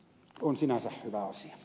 on sinänsä hyvä asia